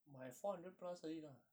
买 four hundred plus 而已啦